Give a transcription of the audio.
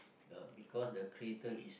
ya because the creator is